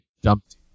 dumped